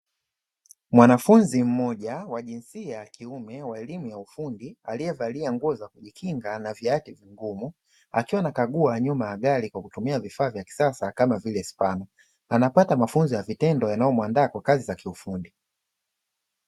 Mwanafunzi mmoja wa jinsia ya kiume wa elimu ya ufundi aliyevalia nguo za kujikinga na viatu vigumu, akiwa anakagua nyuma ya gari kwa kutumia vifaa vya kisasa kama vile; spana. Anapata mafunzo ya vitendo yanayomuandaa kwa kazi za kiufundi.